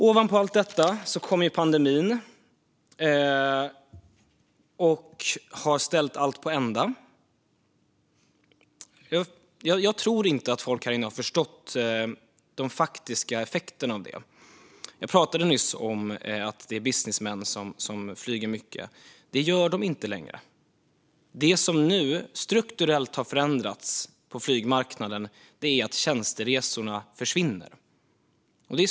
Ovanpå detta kom pandemin och ställde allt på ända. Jag tror inte att folk här inne har förstått de faktiska effekterna av det. Jag pratade nyss om att det är businessmän som flyger mycket, men det gör de inte längre. Det som har förändrats strukturellt på flygmarknaden är att tjänsteresorna försvinner.